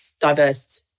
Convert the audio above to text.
diverse